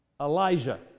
Elijah